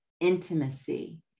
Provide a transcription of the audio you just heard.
intimacy